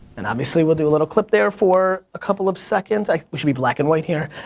and, obviously we'll do a little clip there for a couple of seconds. we should be black and white here.